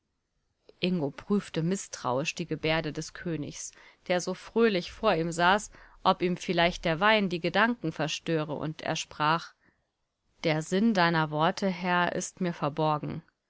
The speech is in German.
ingo prüfte mißtrauisch die gebärde des königs der so fröhlich vor ihm saß ob ihm vielleicht der wein die gedanken verstöre und er sprach der sinn deiner worte herr ist mir verborgen